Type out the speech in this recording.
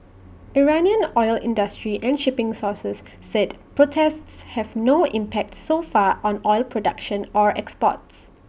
Iranian oil industry and shipping sources said protests have no impact so far on oil production or exports